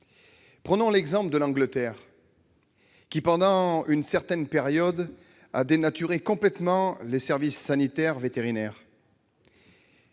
Prenons l'exemple du Royaume-Uni, qui, pendant une certaine période, a dénaturé complètement les services sanitaires vétérinaires.